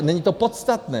Není to podstatné.